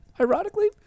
ironically